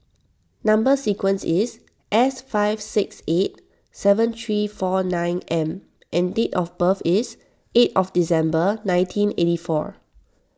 Number Sequence is S five six eight seven three four nine M and date of birth is eight of December nineteen eighty four